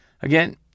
again